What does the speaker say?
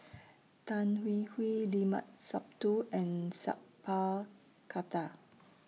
Tan Hwee Hwee Limat Sabtu and Sat Pal Khattar